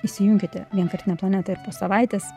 įsijunkite vienkartinę planetą ir po savaitės